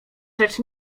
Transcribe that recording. rzecz